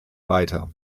weiter